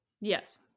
Yes